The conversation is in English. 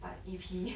but if he